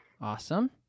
Awesome